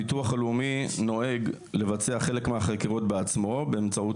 הביטוח הלאומי נוהג לבצע חלק מהחקירות בעצמן באמצעות